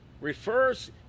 refers